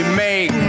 make